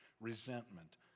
resentment